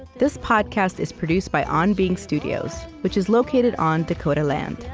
this podcast is produced by on being studios, which is located on dakota land.